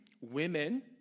Women